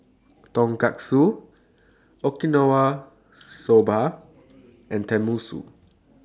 Tonkatsu Okinawa Soba and Tenmusu